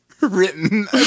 written